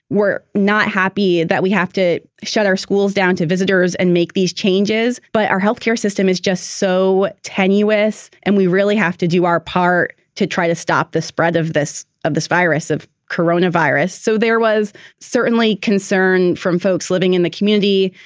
we're not happy that we have to shut our schools down to visitors and make these changes. but our health care system is just so tenuous and we really have to do our part to try to stop the spread of this of this virus, of corona virus. so there was certainly concern from folks living in the community,